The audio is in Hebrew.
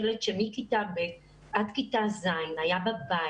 ילד שמכיתה ב' עד כיתה ז' היה בבית,